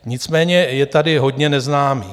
Nicméně je tady hodně neznámých.